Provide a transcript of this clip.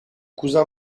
cousin